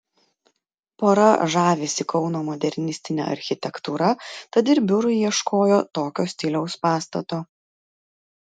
pora žavisi kauno modernistine architektūra tad ir biurui ieškojo tokio stiliaus pastato